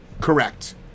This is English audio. correct